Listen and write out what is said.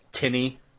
tinny